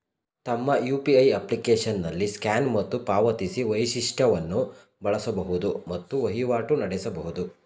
ತಮ್ಮ ಯು.ಪಿ.ಐ ಅಪ್ಲಿಕೇಶನ್ನಲ್ಲಿ ಸ್ಕ್ಯಾನ್ ಮತ್ತು ಪಾವತಿಸಿ ವೈಶಿಷ್ಟವನ್ನು ಬಳಸಬಹುದು ಮತ್ತು ವಹಿವಾಟು ನಡೆಸಬಹುದು